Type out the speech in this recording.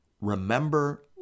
Remember